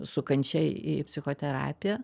su kančia į į psichoterapiją